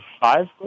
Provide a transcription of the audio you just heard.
five